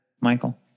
Michael